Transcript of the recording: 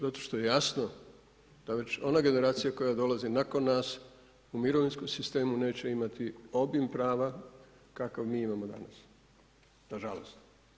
Zato što je jasno da ona generacija koja dolazi nakon nas u mirovinskom sistemu neće imati obim prava kakav mi imamo danas, na žalost.